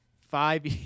Five